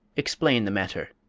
explain the matter.